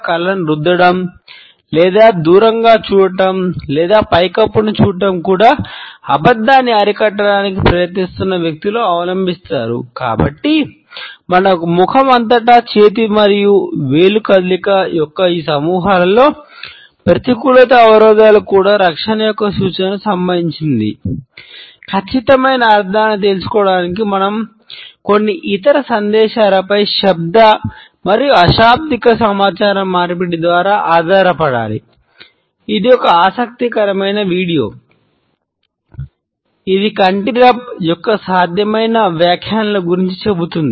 కంటి రబ్ యొక్క సాధ్యమైన వ్యాఖ్యానాల గురించి చెబుతుంది